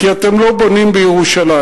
כי אתם לא בונים בירושלים.